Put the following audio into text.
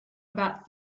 about